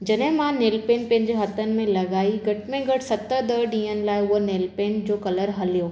जॾहिं मां नेलपेंट पंहिंजे हथनि में लॻाई घटि में घटि सत ॾह ॾींहंनि लाइ हूअं नेलपेंट जो कलर हलियो